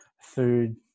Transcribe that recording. food